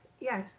Yes